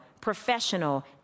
professional